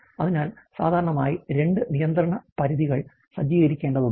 അതിനാൽ സാധാരണയായി 2 നിയന്ത്രണ പരിധികൾ സജ്ജീകരിക്കേണ്ടതുണ്ട്